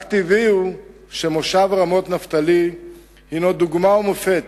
רק טבעי הוא שמושב רמות-נפתלי הינו דוגמה ומופת